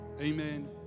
Amen